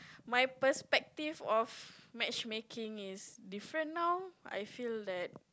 my perspective of matchmaking is different now I feel that